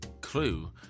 clue